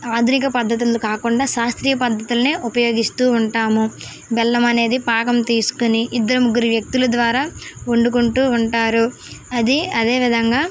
ఆధునిక పద్ధతులు కాకుండా శాస్త్రీయ పద్ధతులని ఉపయోగిస్తూ ఉంటాము ఉండటం బెల్లం అనేది పాకం తీసుకొని ఇద్దరు ముగ్గురు వ్యక్తుల ద్వారా వండుకుంటూ ఉంటారు అదేవిధంగా